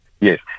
Yes